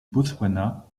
botswana